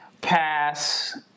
pass